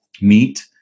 meet